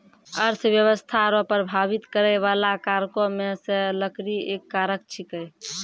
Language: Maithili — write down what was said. अर्थव्यस्था रो प्रभाबित करै बाला कारको मे से लकड़ी एक कारक छिकै